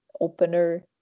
opener